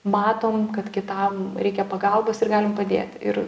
matom kad kitam reikia pagalbos ir galim padėti ir